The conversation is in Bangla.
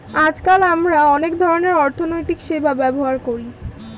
আজকাল আমরা অনেক ধরনের অর্থনৈতিক সেবা ব্যবহার করি